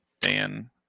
Dan